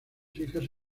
hijas